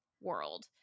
world